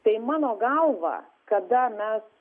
tai mano galva kada mes